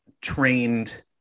trained